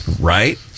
right